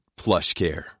PlushCare